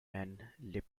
and